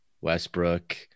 Westbrook